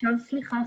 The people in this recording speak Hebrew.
סליחה,